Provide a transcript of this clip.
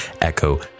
Echo